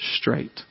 straight